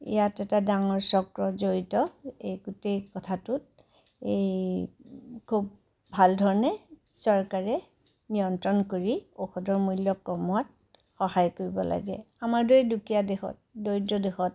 ইয়াত এটা ডাঙৰ চক্ৰ জড়িত এই গোটেই কথাটোত এই খুব ভাল ধৰণে চৰকাৰে নিয়ন্ত্ৰণ কৰি ঔষধৰ মূল্য কমোৱাত সহায় কৰিব লাগে আমাৰ দৰে দুখীয়া দেশত দৰিদ্ৰ দেশত